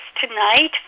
tonight